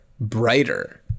brighter